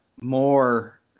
more